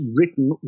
written